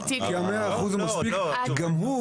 גם הוא